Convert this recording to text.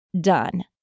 done